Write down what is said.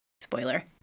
spoiler